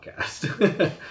podcast